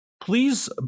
Please